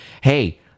Hey